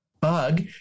bug